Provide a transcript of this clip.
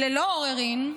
ללא עוררין,